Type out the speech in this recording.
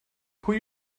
pwy